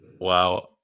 Wow